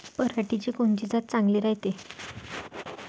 पऱ्हाटीची कोनची जात चांगली रायते?